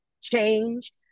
change